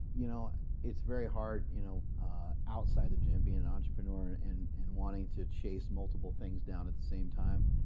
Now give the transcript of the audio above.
you know it's very hard you know outside the gym being an entrepreneur and and wanting to chase multiple things down at the same time.